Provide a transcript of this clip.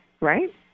right